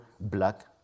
black